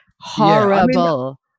Horrible